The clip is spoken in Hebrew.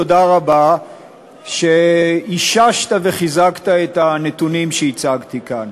תודה רבה שאיששת וחיזקת את הנתונים שהצגתי כאן.